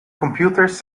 computers